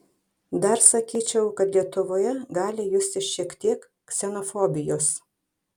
dar sakyčiau kad lietuvoje gali justi šiek tiek ksenofobijos